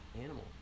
animal